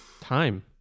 Time